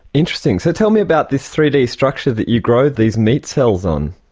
interesting. so tell me about this three d structure that you grow these meat cells on.